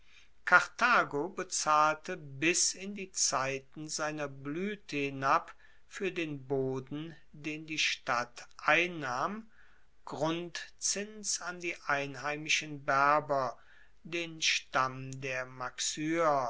karthago bezahlte bis in die zeiten seiner bluete hinab fuer den boden den die stadt einnahm grundzins an die einheimischen berber den stamm der maxyer